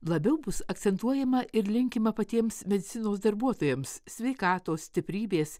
labiau bus akcentuojama ir linkima patiems medicinos darbuotojams sveikatos stiprybės